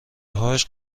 هاش